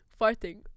Farting